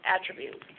attributes